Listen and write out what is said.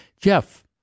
Jeff